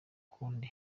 kundi